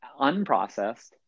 unprocessed